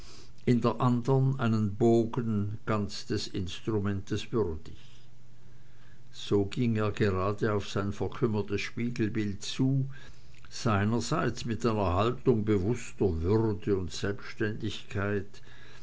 in der andern einen bogen ganz des instruments würdig so ging er gerade auf sein verkümmertes spiegelbild zu seinerseits mit einer haltung bewußter würde und selbständigkeit